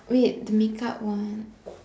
wait the make up one